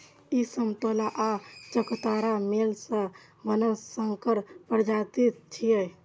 ई समतोला आ चकोतराक मेल सं बनल संकर प्रजाति छियै